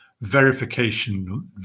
verification